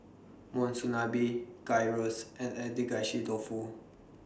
Monsunabe Gyros and Agedashi Dofu